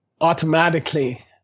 automatically